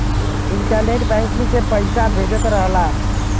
internet banking से पइसा भेजत रहला